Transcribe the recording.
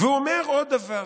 והוא אומר עוד דבר: